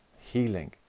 healing